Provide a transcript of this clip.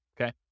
okay